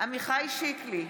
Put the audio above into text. עמיחי שיקלי,